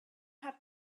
have